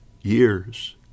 years